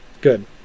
Good